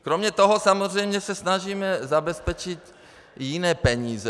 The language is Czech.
Kromě toho samozřejmě se snažíme zabezpečit i jiné peníze.